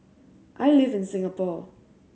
I live in Singapore